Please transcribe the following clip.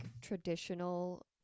traditional